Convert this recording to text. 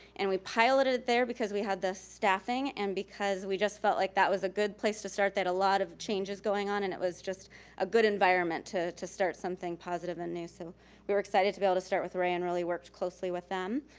and we piloted there because we had the staffing and because we just felt like that was a good place to start that a lot of change is going on and it was just a good environment to to start something positive and new so we were excited to be able to start with rea and really worked closely with them.